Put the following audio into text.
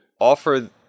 offer